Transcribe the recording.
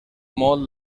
molt